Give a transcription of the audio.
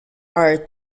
are